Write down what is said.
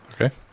Okay